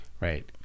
Right